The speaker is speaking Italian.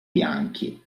bianchi